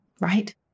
right